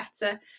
better